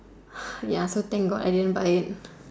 ya so thank God I didn't buy it